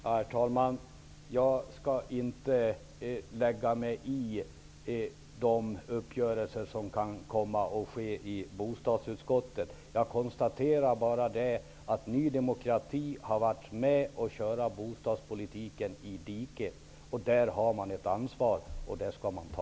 Herr talman! Jag skall inte lägga mig i de uppgörelser som kan komma att ske i bostadsutskottet. Jag konstaterar att Ny demokrati har varit med om att köra bostadspolitiken i diket. Det ansvaret skall Ny demokrati ta.